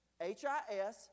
H-I-S